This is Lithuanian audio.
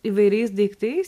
įvairiais daiktais